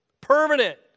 permanent